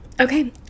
okay